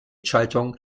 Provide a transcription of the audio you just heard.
schaltung